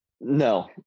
no